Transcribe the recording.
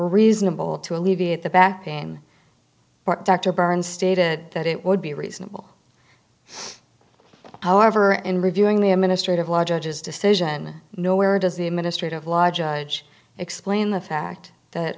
reasonable to alleviate the back in dr burns stated that it would be reasonable however in reviewing the administrative law judges decision nowhere does the administrative law judge explain the fact that